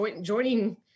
joining